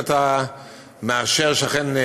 ואתה מאשר שאכן,